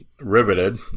riveted